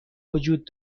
وجود